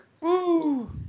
Woo